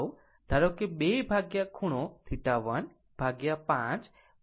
ધારો કે 2 ખૂણો θ1 5 ખૂણો θ2